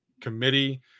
committee